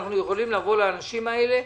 שאנחנו יכולים לומר לאנשים האלה: